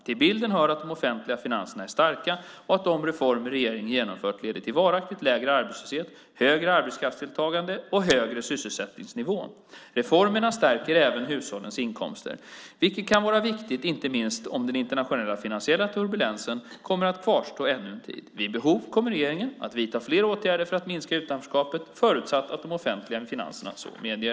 Till bilden hör att de offentliga finanserna är starka och att de reformer regeringen genomfört leder till varaktigt lägre arbetslöshet, högre arbetskraftsdeltagande och högre sysselsättningsnivå. Reformerna stärker även hushållens inkomster, vilket kan vara viktigt inte minst om den internationella finansiella turbulensen kommer att kvarstå ännu en tid. Vid behov kommer regeringen att vidta fler åtgärder för att minska utanförskapet förutsatt att de offentliga finanserna så medger.